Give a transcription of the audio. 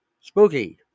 spooky